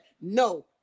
No